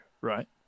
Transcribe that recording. right